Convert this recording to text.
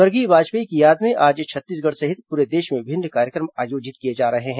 स्वर्गीय वाजपेयी की याद में आज छत्तीसगढ़ सहित पूरे देश में विभिन्न कार्यक्रम आयोजित किये जा रहे हैं